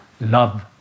Love